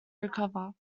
recover